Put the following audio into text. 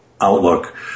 outlook